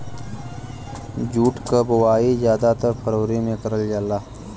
jute क बोवाई जादातर फरवरी में करल जाला